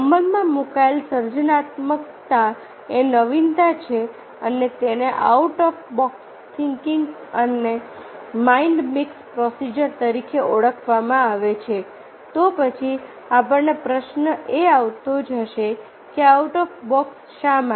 અમલમાં મૂકાયેલ સર્જનાત્મકતા એ નવીનતા છે અને તેને આઉટ ઓફ બોક્સ થિંકિંગ અને માઈન્ડ મિકસ પ્રોસીજર તરીકે ઓળખવામાં આવે છે તો પછી આપણને પ્રશ્ન એ આવતો જ હશે કે આઉટ ઓફ બોક્સ શા માટે